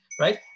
right